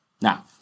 Now